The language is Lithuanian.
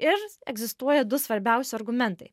ir egzistuoja du svarbiausi argumentai